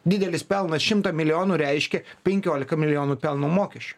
didelis pelnas šimtą milijonų reiškia penkioliką milijonų pelno mokesčio